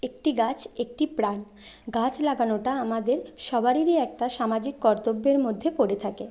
একটি গাছ একটি প্রাণ গাছ লাগানোটা আমাদের সবারেরই একটা সামাজিক কর্তব্যের মধ্যে পড়ে থাকে